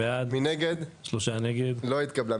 הצבעה בעד, 2 נגד, 3 נמנעים, 0 הרביזיה לא התקבלה.